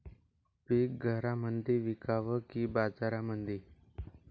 पीक घरामंदी विकावं की बाजारामंदी?